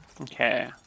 Okay